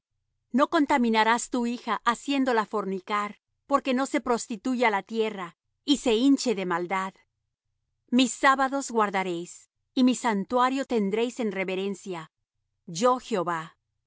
no contaminarás tu hija haciéndola fornicar porque no se prostituya la tierra y se hincha de maldad mis sábados guardaréis y mi santuario tendréis en reverencia yo jehová no